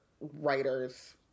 writers